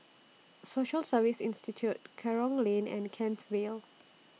Social Service Institute Kerong Lane and Kent Vale